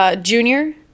Junior